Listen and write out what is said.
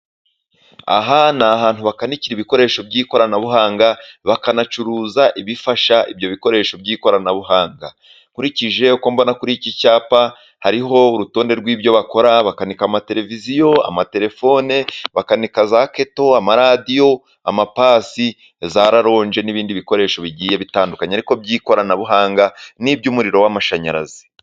Aha ni ahantu bakanikira ibikoresho by'ikoranabuhanga, bakanacuruza ibifasha ibyo bikoresho by'ikoranabuhanga, nkurikije uko mbona kuri iki cyapa, hariho urutonde rw'ibyo bakora, bakanika amateleviziyo amatelefone, bakanika za keto, amaradiyo, amapasi na za raronge n'ibindi bikoresho bigiye bitandukanye, ariko by'ikoranabuhanga n'iby'umuriro w'amashanyarazi.